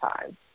time